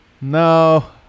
No